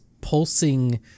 pulsing